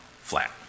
flat